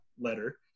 letter